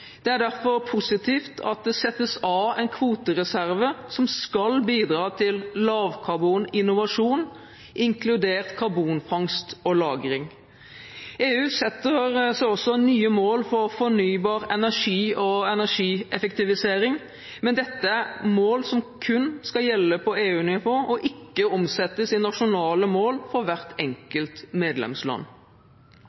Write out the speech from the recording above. Det er derfor positivt at det settes av en kvotereserve som skal bidra til lavkarboninnovasjon, inkludert karbonfangst og -lagring. EU setter seg også nye mål for fornybar energi og energieffektivisering, men dette er mål som kun skal gjelde på EU-nivå og ikke omsettes i nasjonale mål for hvert